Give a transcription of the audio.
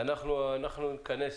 ניכנס